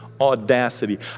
audacity